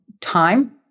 time